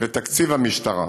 לתקציב המשטרה.